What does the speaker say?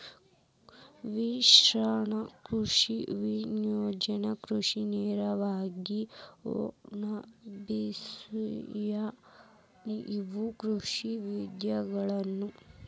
ಮಿಶ್ರ ಕೃಷಿ ವಾಣಿಜ್ಯ ಕೃಷಿ ನೇರಾವರಿ ಒಣಬೇಸಾಯ ಇವು ಕೃಷಿಯ ವಿಧಗಳು